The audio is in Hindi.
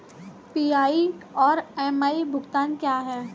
पी.आई और एम.आई भुगतान क्या हैं?